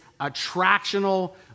attractional